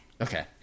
Okay